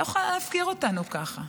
לא יכולה להפקיר אותנו ככה.